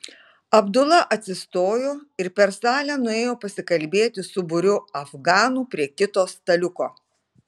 abdula atsistojo ir per salę nuėjo pasikalbėti su būriu afganų prie kito staliuko